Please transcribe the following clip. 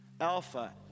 Alpha